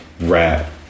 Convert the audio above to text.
rap